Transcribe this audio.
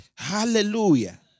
Hallelujah